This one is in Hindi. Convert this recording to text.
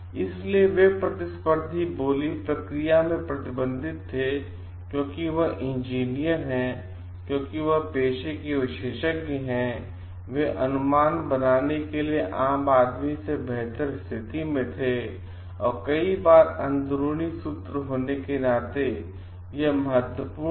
इसलिए वे प्रतिस्पर्धी बोली प्रक्रिया में प्रतिबंधित थे क्योंकि वह इंजीनियर है क्योंकि वह पेशे के विशेषज्ञ वे अनुमान बनाने के लिए आम आदमी से बेहतर स्थिति में थे और कई बार अंदरूनी सूत्र होने के नाते यह महत्वपूर्ण था